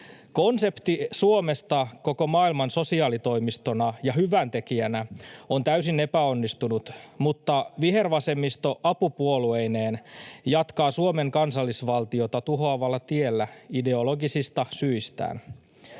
Konsepti Suomesta koko maailman sosiaalitoimistona ja hyväntekijänä on täysin epäonnistunut, mutta vihervasemmisto apupuolueineen jatkaa Suomen kansallisvaltiota tuhoavalla tiellä ideologisista syistään.